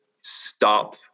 stop